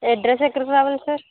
address ఎక్కడికి రావాలి sir